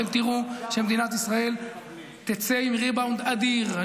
אתם תראו שמדינת ישראל תצא עם ריבאונד אדיר.